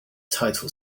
title